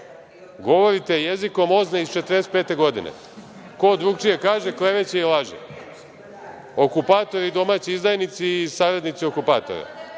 jezikom OZNA-e iz 1945. godine - ko drugačije kaže, kleveće i laže, okupatori i domaći izdajnici i saradnici okupatora. Pa,